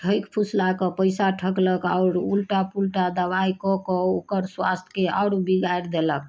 ठकि फुसलाकऽ पैसा ठकलक आओर उल्टा पुल्टा दवाइ कऽके ओकर स्वास्थ्यके आओर बिगाड़ी देलक